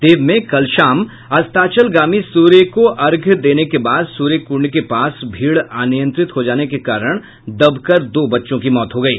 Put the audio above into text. देव में कल शाम अस्ताचलगामी सूर्य को अर्घ्य देने के बाद सूर्य कुंड के पास भीड़ अनियंत्रित हो जाने के कारण दबकर दो बच्चों की मौत हो गयी